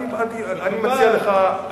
אני מציע לך,